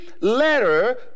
letter